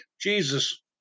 Jesus